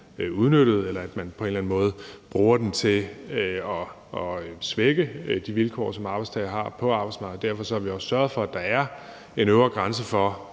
anden måde bruger den til at svække de vilkår, som arbejdstagere har på arbejdsmarkedet. Derfor har vi også sørget for, at der er en øvre grænse for,